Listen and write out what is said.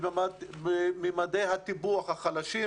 מבתי הספר הערביים בממדי הטיפוח החלשים,